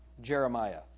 Jeremiah